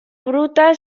bruta